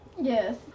Yes